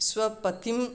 स्वपतिम्